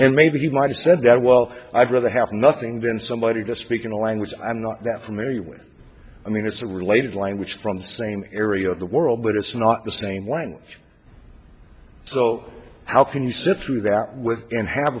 and maybe he might have said that well i'd rather have nothing than somebody to speak in a language i'm not that familiar with i mean it's a related language from the same area of the world but it's not the same language so how can you sit through that with and have